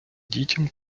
дітям